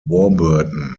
warburton